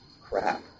crap